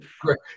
Great